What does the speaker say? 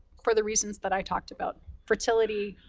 for the reasons that i talked about, fertility,